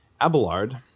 Abelard